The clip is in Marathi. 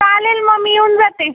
चालेल मग मी येऊन जाते